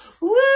Woo